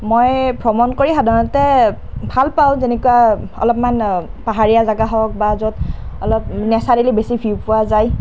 মই ভ্ৰমণ কৰি সাধাৰণতে ভাল পাওঁ যেনেকুৱা অলপমান পাহাৰীয়া জেগা হওক বা য'ত অলপ নেচাৰেলি বেছি ভিউ পোৱা যায়